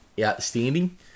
outstanding